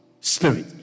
spirit